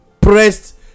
pressed